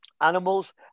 animals